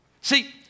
See